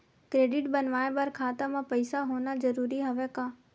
Credit बनवाय बर खाता म पईसा होना जरूरी हवय का?